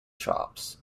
shops